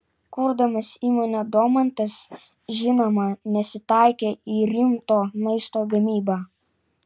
kurdamas įmonę domantas žinoma nesitaikė į rimto maisto gamybą